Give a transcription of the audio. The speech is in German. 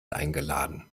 eingeladen